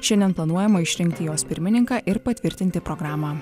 šiandien planuojama išrinkti jos pirmininką ir patvirtinti programą